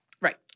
Right